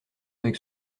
avec